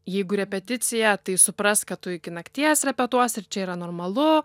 jeigu repeticiją tai suprask kad tu iki nakties repetuosi ir čia yra normalu